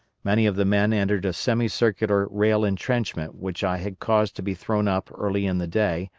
many of the men entered a semi-circular rail entrenchment which i had caused to be thrown up early in the day,